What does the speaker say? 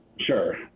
Sure